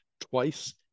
twice